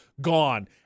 gone